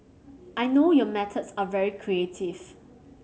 I know your methods are very creative